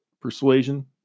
persuasion